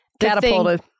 Catapulted